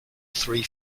three